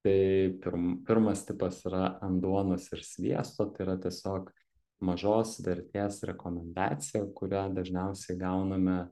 tai pirm pirmas tipas yra ant duonos ir sviesto tai yra tiesiog mažos vertės rekomendacija kurią dažniausiai gauname